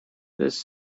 this